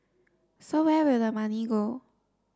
so where will the money go